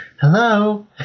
Hello